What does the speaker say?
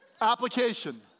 application